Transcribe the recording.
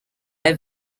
have